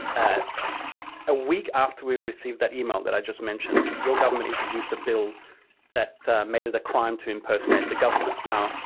a week after we received that email that i just mentioned, your government introduced a bill that made it a crime to impersonate the government now,